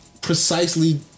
precisely